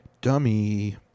dummy